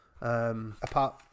Apart